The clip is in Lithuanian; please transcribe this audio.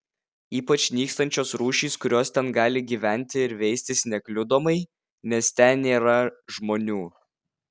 ypač nykstančios rūšys kurios ten gali gyventi ir veistis nekliudomai nes ten nėra žmonių